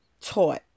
taught